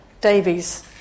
Davies